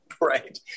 right